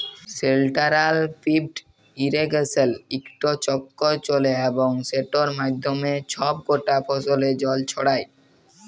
central pivot ইরিগেসলে ইকট চক্কর চলে এবং সেটর মাধ্যমে ছব কটা ফসলে জল ছড়ায়